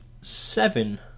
seven